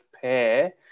pair